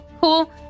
Cool